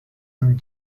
and